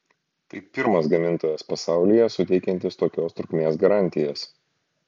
tai pirmas gamintojas pasaulyje suteikiantis tokios trukmės garantijas